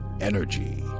energy